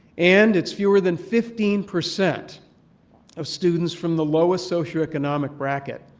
and it's fewer than fifteen percent of students from the lowest socioeconomic bracket.